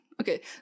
Okay